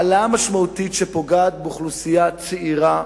ההעלאה המשמעותית פוגעת באוכלוסייה צעירה,